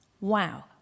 Wow